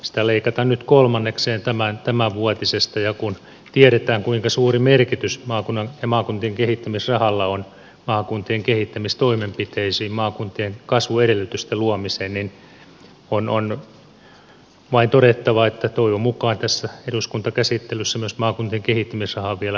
sitä leikataan nyt kolmannekseen tämänvuotisesta ja kun tiedetään kuinka suuri merkitys maakuntien kehittämisrahalla on maakuntien kehittämistoimenpiteisiin maakuntien kasvuedellytysten luomiseen niin on vain todettava että toivon mukaan tässä eduskuntakäsittelyssä myös maakuntien kehittämisrahaan vielä puututaan myönteisesti